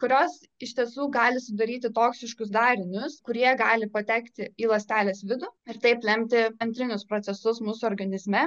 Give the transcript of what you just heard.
kurios iš tiesų gali sudaryti toksiškus darinius kurie gali patekti į ląstelės vidų ir taip lemti antrinius procesus mūsų organizme